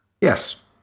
Yes